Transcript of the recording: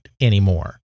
anymore